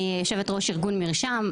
אני יושבת-ראש ארגון "מרשם",